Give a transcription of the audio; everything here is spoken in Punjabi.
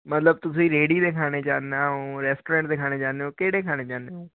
ਮਤਲਬ ਤੁਸੀਂ ਰੇਹੜੀ ਦੇ ਖਾਣੇ ਚਾਹੁੰਦੇ ਹੋ ਰੈਸਟੋਰੈਂਟ ਦੇ ਖਾਣਾ ਚਾਹੁੰਦੇ ਹੋ ਕਿਹੜੇ ਖਾਣਾ ਚਾਹੁੰਦੇ ਹੋ